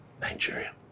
Nigeria